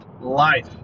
Life